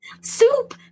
soup